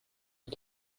mit